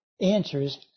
answers